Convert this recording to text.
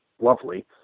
lovely